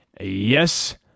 Yes